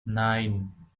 nine